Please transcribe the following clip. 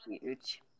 huge